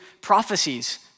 prophecies